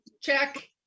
check